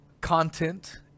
content